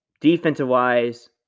defensive-wise